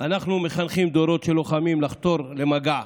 שאנחנו מחנכים דורות של לוחמים לחתור למגע,